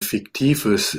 fiktives